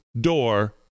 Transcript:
door